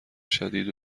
شدید